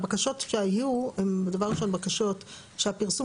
הבקשות שהיו הן דבר ראשון בקשות שהפרסום